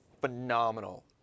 phenomenal